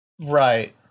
Right